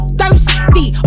thirsty